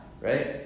right